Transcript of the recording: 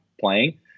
playing